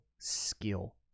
skill